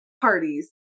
parties